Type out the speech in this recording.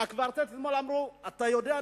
שהקוורטט אמרו אתמול: אתה יודע,